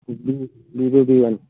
ji Vivo B one